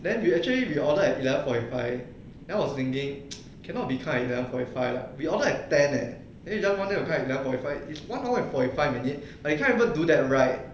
then we actually we order at eleven forty five then I was thinking cannot be come at eleven forty five lah we order at ten leh then you wanted them to at eleven forty five is one hour and forty five minute you can't even do that right